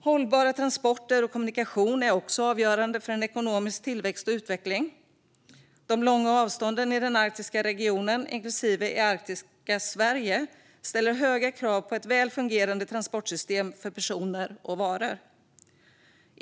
Hållbara transporter och kommunikationer är också avgörande för en ekonomisk tillväxt och utveckling. De långa avstånden i den arktiska regionen, inklusive arktiska Sverige, ställer höga krav på ett väl fungerande transportsystem för personer och varor.